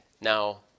Now